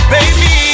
Baby